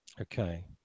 Okay